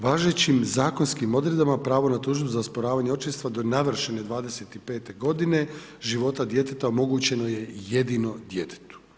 Važećim zakonskim odredbama pravo na tužbu za osporavanje očinstva do navršene 25. godine života djeteta omogućeno je jedino djetetu.